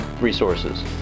Resources